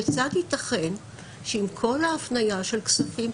כיצד ייתכן שעם כל ההפניה של כספים,